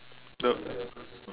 the